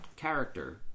character